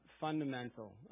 fundamental